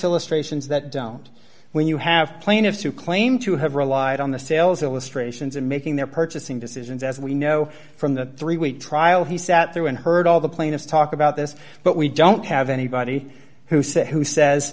illustrations that don't when you have plaintiffs who claim to have relied on the sales illustrations in making their purchasing decisions as we know from the three week trial he sat through and heard all the plaintiffs talk about this but we don't have anybody who said who says